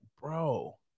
bro